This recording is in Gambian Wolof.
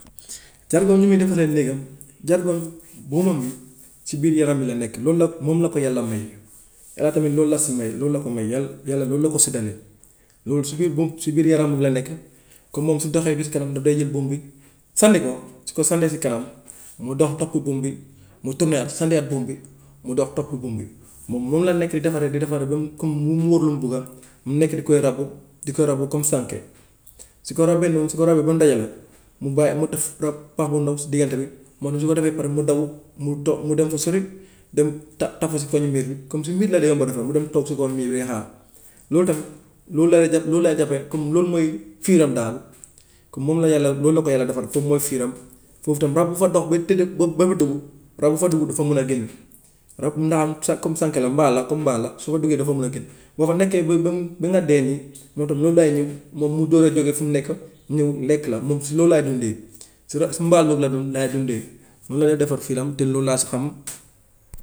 Jargoñ nu muy defaree néegam jargoñ buumam yi si biir yaram bi la nekk loolu nag moom la ko yàlla may yàlla tamit loolu la si may loolu la ko may yàl- yàlla loolu la ko séddalee loolu si biir buum si biir yaram bi la nekk comme moom su doxee ba si kanam dafay jël buum bi sànni ko su ko sànnee si kanam mu dox topp buum bi mu turnewaat sànniyaat buum bi mu dox topp buum bi moom noonu la nekk di defaree di defar ba comme mu muur lu mu bugga mu nekk di koy ràbb di koy ràbb comme sànke su ko ràbbee noonu su ko ràbbee ba mu dajaloo mu bàyyi mu def ràbb pax bu ndaw si diggante bi noonu su ko defee ba pare mu daw mu toog mu dem fu sori dem ta- tafu si koñu miir comme si miir la dee ko defar mu dem toog si koñu miir de xaar loolu tamit noonu la la jàp- noonu lay jàppee comme loolu mooy fiiram daal comme moom la yàlla loolu la ko yàlla defal foofu mooy fiiram foofu tamit rab bu fa dox ba tëdd ba ba nga dugg rab bu fa dugg du fa mun a génn rab mbaal comme sànke la mbaal la comme mbaal la su fa duggee doo fa mun a génn boo fa nekkee ba ba ba nga dee nii moom tamit noonu lay ñëw moom mu doog a jógee fu mu nekk ñëw lekk la moom si loolu lay dundee si si mbaal boobu la du- lay dundee moom lay defar fiiram te loolu laa si xam.